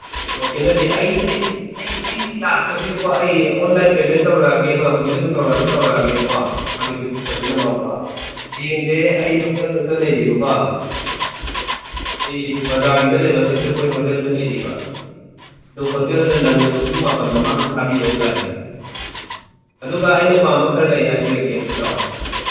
okay ꯅꯠꯇꯦ ꯑꯩ ꯂꯥꯛꯇꯕꯤꯗꯀꯣ ꯑꯩ ꯑꯣꯟꯂꯥꯏꯟ ꯄꯦꯃꯦꯟ ꯇꯧꯔꯛꯑꯒꯦꯕ ꯍꯧꯖꯤꯛ ꯑꯗꯨꯝ ꯇꯧꯔꯛꯑꯁꯨ ꯇꯧꯔꯛꯑꯒꯦꯕꯀꯣ ꯃꯥꯒꯤ ꯐꯤꯐꯇꯤ ꯄꯥꯔꯁꯦꯟ ꯑꯦꯃꯥꯎꯟꯗꯣ ꯍꯌꯦꯡꯁꯦ ꯑꯩ ꯍꯣꯇꯦꯜꯗ ꯂꯩꯔꯤꯕꯀꯣ ꯑꯩ ꯕꯖꯥꯔꯒꯤꯗ ꯂꯩꯕ ꯁꯦꯟꯇ꯭ꯔꯦꯜ ꯄꯣꯏꯟ ꯍꯣꯇꯦꯜꯗ ꯂꯩꯔꯤꯕ ꯑꯗꯨ ꯍꯣꯇꯦꯜꯗ ꯅꯪꯅꯕ ꯄꯨꯡ ꯃꯥꯄꯟ ꯃꯃꯥꯡꯗ ꯊꯥꯕꯤꯔꯛꯑꯣ ꯒꯥꯔꯤꯁꯦ ꯑꯗꯨꯒ ꯑꯩꯅ ꯄꯥꯝꯕ ꯈꯔ ꯂꯩ ꯍꯥꯏꯕꯤꯔꯛꯀꯦ ꯑꯝꯇ ꯇꯥꯎ